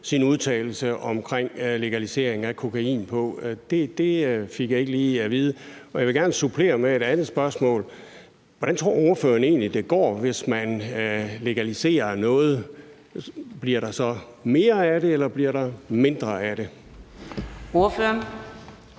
sin udtalelse omkring legalisering af kokain på, og det fik vi ikke at vide. Og jeg vil gerne supplere med et andet spørgsmål: Hvordan tror ordføreren egentlig det går, hvis man legaliserer noget – bliver der så mere af det, eller bliver der mindre af det? Kl.